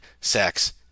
sex